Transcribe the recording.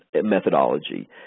methodology